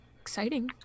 Exciting